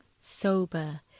sober